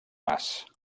mas